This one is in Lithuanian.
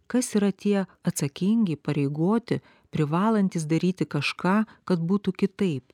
kas yra tie atsakingi įpareigoti privalantys daryti kažką kad būtų kitaip